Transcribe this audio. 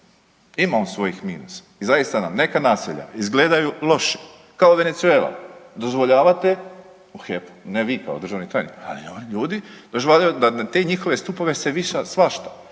ima on svojih minusa i zaista nam neka naselja izgledaju loše, kao Venezuela, dozvoljavate u HEP-u, ne vi kao državni tajnik, ali ljudi dozvoljavaju da na te njihove stupove se vješa svašta,